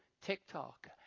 TikTok